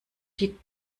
die